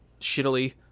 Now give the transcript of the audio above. shittily